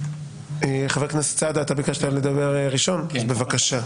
חבר הכנסת סעדה, אתה ביקשת לדבר ראשון, בבקשה.